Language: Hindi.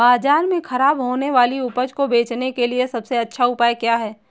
बाजार में खराब होने वाली उपज को बेचने के लिए सबसे अच्छा उपाय क्या है?